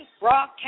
broadcast